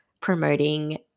promoting